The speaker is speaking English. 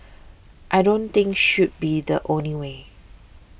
I don't think should be the only way